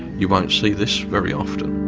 you won't see this very often.